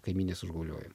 kaimynės užgauliojimų